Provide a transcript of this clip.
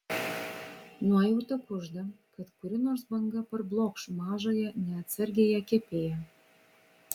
nuojauta kužda kad kuri nors banga parblokš mažąją neatsargiąją kepėją